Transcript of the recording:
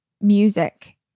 music